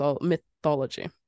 mythology